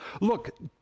Look